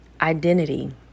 identity